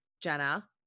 Jenna